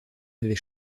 avait